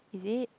is it